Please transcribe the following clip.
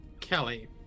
Kelly